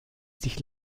sich